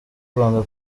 rwanda